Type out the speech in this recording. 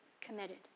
committed